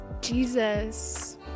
Jesus